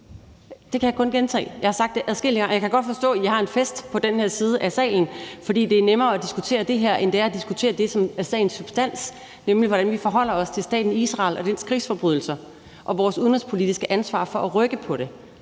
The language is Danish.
Det kan jeg kun gentage. Jeg har sagt det adskillige gange. Jeg kan godt forstå, at I har en fest i jeres side af salen, for det er nemmere at diskutere det her, end det er at diskutere det, som er sagens substans, nemlig hvordan vi forholder os til staten Israel og dens krigsforbrydelser og vores udenrigspolitiske ansvar for at rykke på det.